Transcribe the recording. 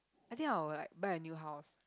I think I will like buy a new house